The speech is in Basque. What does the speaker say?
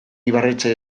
ibarretxe